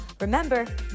Remember